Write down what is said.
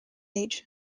age